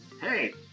hey